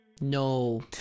No